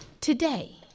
today